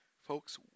Folks